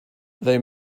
they